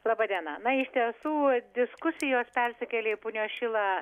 laba diena na iš tiesų diskusijos persikėlė į punios šilą